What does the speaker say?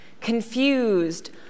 confused